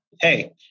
Hey